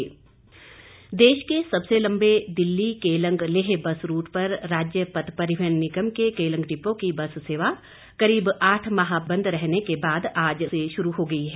बस सेवा देश के सबसे लंबे दिल्ली केलंग लेह बस रूट पर राज्य पथ परिवहन निगम के केलंग डिपो की बस सेवा करीब आठ माह बंद रहने के बाद आज से शुरू हो गई है